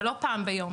ולא רק פעם ביום,